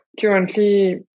Currently